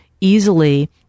easily